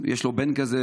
יש לו בן כזה,